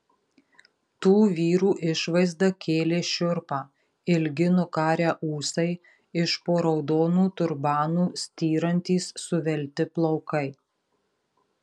tų vyrų išvaizda kėlė šiurpą ilgi nukarę ūsai iš po raudonų turbanų styrantys suvelti plaukai